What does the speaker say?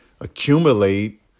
accumulate